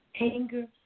anger